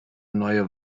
neue